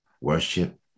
worship